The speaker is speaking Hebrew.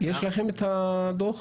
לכם את הדוח